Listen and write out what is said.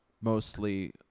mostly